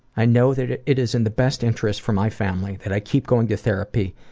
i know that it it is in the best interest for my family that i keep going to therapy,